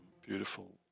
beautiful